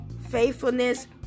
faithfulness